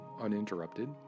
uninterrupted